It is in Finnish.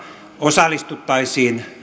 osallistuttaisiin